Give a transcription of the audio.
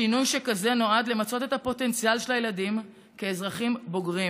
שינוי שכזה נועד למצות את הפוטנציאל של הילדים כאזרחים בוגרים.